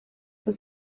sus